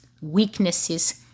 weaknesses